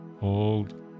Hold